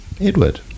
Edward